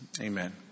Amen